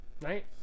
Right